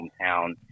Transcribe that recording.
hometown